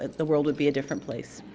the world would be a different place.